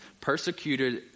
persecuted